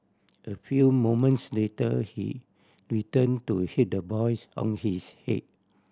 a few moments later he returned to hit the boys on his head